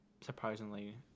surprisingly